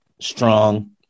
strong